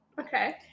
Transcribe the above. okay